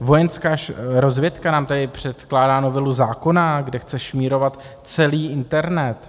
Vojenská rozvědka nám tady předkládá novelu zákona, kde chce šmírovat celý internet.